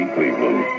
Cleveland